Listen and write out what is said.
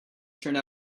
turned